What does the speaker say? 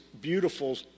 beautiful